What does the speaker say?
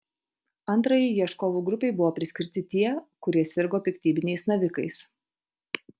antrajai ieškovų grupei buvo priskirti tie kurie sirgo piktybiniais navikais